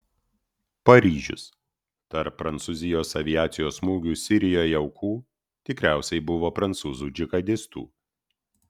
paryžius tarp prancūzijos aviacijos smūgių sirijoje aukų tikriausiai buvo prancūzų džihadistų